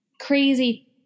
crazy